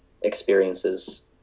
experiences